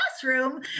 classroom